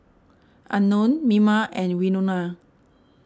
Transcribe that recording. Unknown Mima and Winona